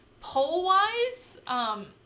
Poll-wise